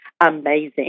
amazing